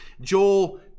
Joel